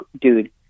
dude